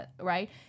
right